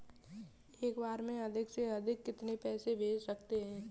एक बार में अधिक से अधिक कितने पैसे भेज सकते हैं?